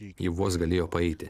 ji vos galėjo paeiti